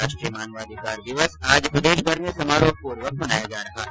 राष्ट्रीय मतदाता दिवस आज प्रदेशभर में समारोहपूर्वक मनाया जा रहा है